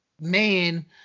man